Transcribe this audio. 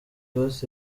ross